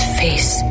face